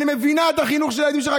אני מבינה את החינוך של הילדים שלך,